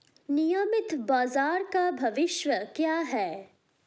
नियमित बाजार का भविष्य क्या है?